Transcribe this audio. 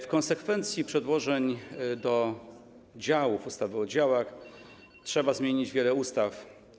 W konsekwencji przedłożeń do działów, ustawy o działach trzeba zmienić wiele ustaw.